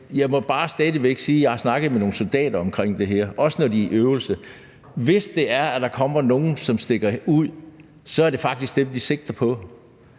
jeg må stadig væk bare sige, at jeg har snakket med nogle soldater om det her, også i forhold til at være på øvelse, og de siger, at hvis der kommer nogen, som stikker ud, er det faktisk dem, de sigter på.